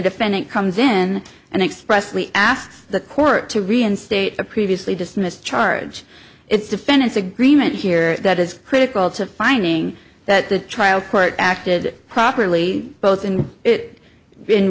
defendant comes in and expressly asks the court to reinstate a previously dismissed charge it's defendant's agreement here that is critical to finding that the trial court acted properly both in it in